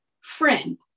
friend